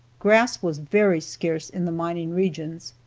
grass was very scarce in the mining regions.